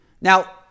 Now